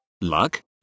Luck